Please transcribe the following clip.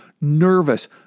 nervous